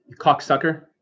cocksucker